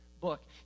book